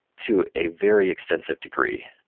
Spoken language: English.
to a very extensive degree.